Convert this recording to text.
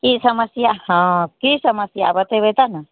की समस्या हँ की समस्या बतेबै तब ने